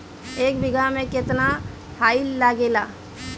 एक बिगहा में केतना डाई लागेला?